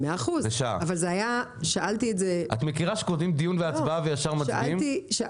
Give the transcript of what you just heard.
את מכירה מצב שכותבים "דיון והצבעה" ויש מצביעים?